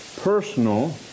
personal